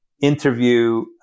interview